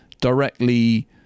directly